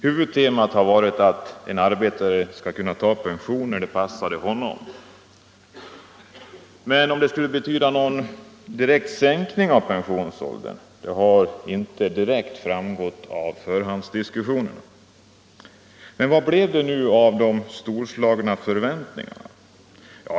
Huvudtemat har varit att en arbetare skulle kunna ta pension när det passade honom. Men om det skulle innebära någon sänkning av pensionsåldern har inte direkt framgått av förhandsdiskussionerna. Vad blev det nu av de storslagna förväntningarna?